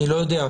אני לא יודע.